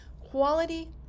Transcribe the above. quality